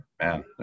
man